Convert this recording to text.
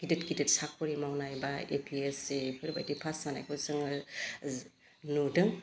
गिदिर गिदिर साक'रि मावनाय बा A P S C before बायदि पास जानायखौ जोङो नुदों